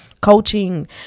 coaching